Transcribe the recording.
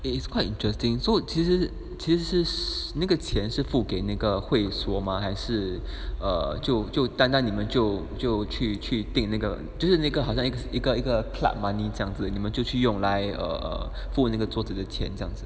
it is quite interesting so 其实其实是那个钱是付给那个会所吗还是 err take 就就单单你们就就去去定那个就是那个好像一个一个一个 club money 这样子你们就去用来 err err 付那个桌子的钱这样子